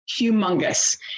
humongous